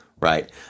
Right